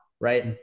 right